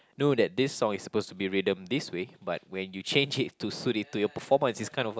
know that this song is supposed to be rhythm this way but when you change it to suit it to your performance it's kind of a